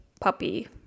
puppy